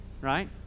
right